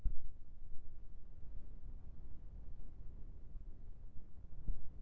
एकड़ गेहूं खेत म कतक डी.ए.पी खाद लाग ही?